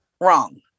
wrong